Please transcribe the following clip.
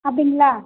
அப்படிங்ளா